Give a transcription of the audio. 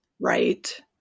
Right